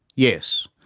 yes.